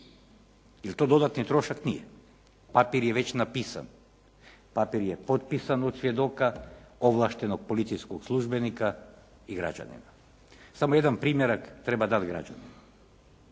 li to dodatni trošak? Nije. Papir je već napisan, papir je potpisan od svjedoka, ovlaštenog policijskog službenika i građanina. Samo jedan primjerak treba dati građaninu